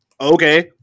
okay